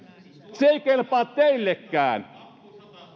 se ei kelpaa teillekään